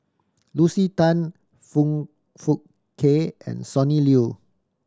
Lucy Tan Foong Fook Kay and Sonny Liew